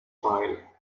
file